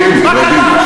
רבים, רבים.